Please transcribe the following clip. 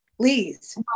please